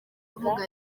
avuga